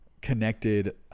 connected